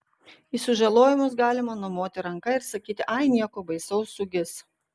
į sužalojimus galima numoti ranka ir sakyti ai nieko baisaus sugis